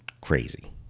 crazy